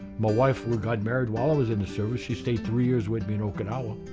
my wife we got married while i was in the service. she stayed three years with me in okinawa.